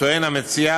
טוען המציע,